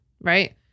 right